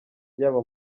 yaba